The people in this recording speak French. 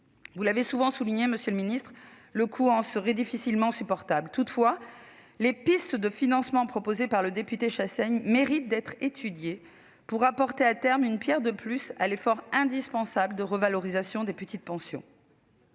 Vous l'avez souvent souligné, monsieur le secrétaire d'État, le coût en serait difficilement supportable. Toutefois, les pistes de financement proposées par le député Chassaigne méritent d'être étudiées pour apporter, à terme, une pierre de plus à l'effort indispensable de revalorisation des petites pensions.